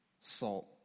salt